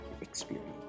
experience